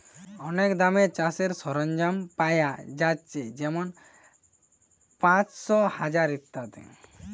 অনেক দামে চাষের সরঞ্জাম পায়া যাচ্ছে যেমন পাঁচশ, হাজার ইত্যাদি